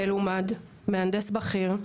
מלומד, מהנדס בכיר,